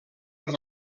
per